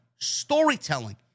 storytelling